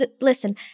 Listen